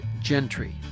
Gentry